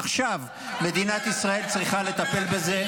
עכשיו מדינת ישראל צריכה לטפל בזה,